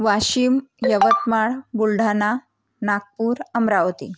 Washim Yavatmal Buldhana Nagpur Amravati